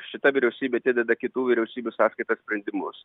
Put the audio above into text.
šita vyriausybė atideda kitų vyriausybių sąskaita sprendimus